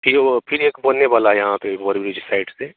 ठीक है वह फिर एक होने वाला है वहाँ पर ओवरब्रिज साइड से